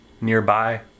nearby